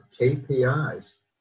KPIs